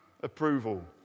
approval